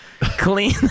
Clean